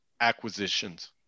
acquisitions